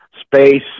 space